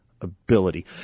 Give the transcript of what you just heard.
ability